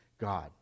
God